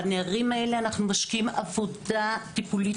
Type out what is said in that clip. בנערים האלה אנחנו משקיעים עבודה טיפולית